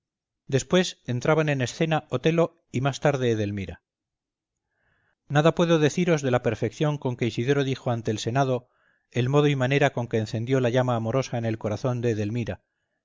después entraban en escena otelo y más tarde edelmira nada puedo deciros de la perfección con que isidoro dijo ante el senado el modo y manera con que encendió la llama amorosa en el corazón de edelmira